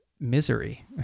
Misery